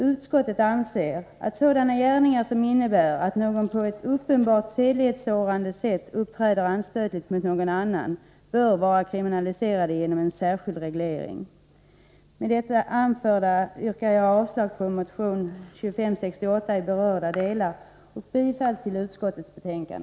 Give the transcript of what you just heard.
Utskottet anser att sådana gärningar som innebär att någon på ett uppenbart sedlighetssårande sätt uppträder anstötligt mot någon annan bör vara kriminaliserade genom särskild reglering. Med det anförda yrkar jag avslag på motion 2568 i berörda delar och bifall till utskottets hemställan.